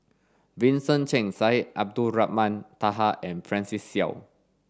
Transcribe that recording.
Vincent Cheng Syed Abdulrahman Taha and Francis Seow